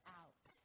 out